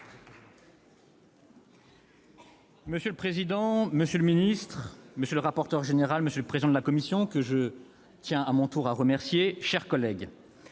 Monsieur le président, monsieur le secrétaire d'État, monsieur le rapporteur général, monsieur le président de la commission, que je tiens à mon tour à remercier, mes chers collègues,